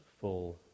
full